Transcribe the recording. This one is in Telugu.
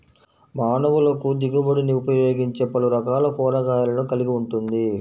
మానవులకుదిగుబడినిఉపయోగించేపలురకాల కూరగాయలను కలిగి ఉంటుంది